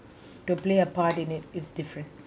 to play a part in it is different